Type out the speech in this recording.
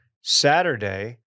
Saturday